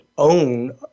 own